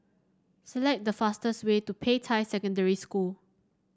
select the fastest way to Peicai Secondary School